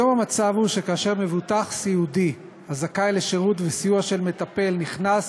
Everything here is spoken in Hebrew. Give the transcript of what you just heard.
היום המצב הוא שכאשר מבוטח סיעודי הזכאי לשירות וסיוע של מטפל נכנס